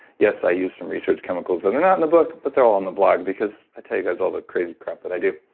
yes, i used some research chemicals that are not in the book, but they're all on the blog because i tell you guys all the crazy crap that i do